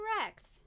Correct